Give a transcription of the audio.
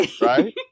Right